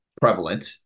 prevalent